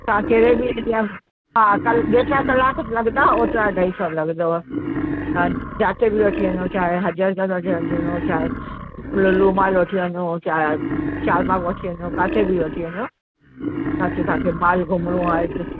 तव्हां कहिड़े बि एरिया हा क जेतिरा कलाक लॻंदा ओतिरा अढाई सौ लॻंदव हा जिते बि वठी वञो चाहे हज़रतगंज वठी वञो चाहे लूलू मॉल वठी वञो चाहे चारबाग वठी वञो किथे बि वठी वञो जिते तव्हांखे माल घुमणो आहे